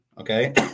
okay